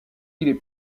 est